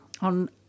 on